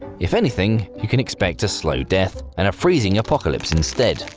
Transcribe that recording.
if anything, you can expect a slow death and a freezing apocalypse instead,